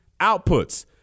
outputs